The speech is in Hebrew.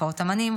הופעות אומנים,